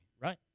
Right